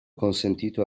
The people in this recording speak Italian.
consentito